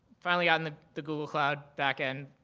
finally got in the the google cloud back end.